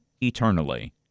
eternally